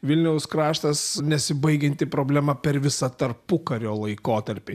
vilniaus kraštas nesibaigianti problema per visą tarpukario laikotarpį